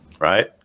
right